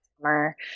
summer